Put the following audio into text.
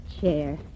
chair